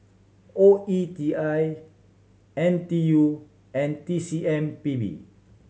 O E T I N T U and T C M P B